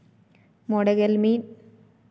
ᱢᱚᱬᱮᱜᱮᱞ ᱢᱤᱫ